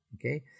Okay